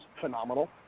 phenomenal